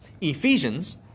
Ephesians